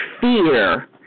fear